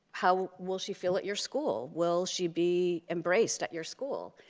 how will she feel at your school? will she be embraced at your school?